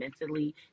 mentally